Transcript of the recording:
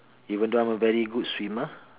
even though I'm a very good swimmer